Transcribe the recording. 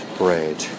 bread